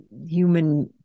human